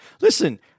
Listen